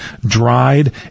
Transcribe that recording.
dried